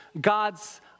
God's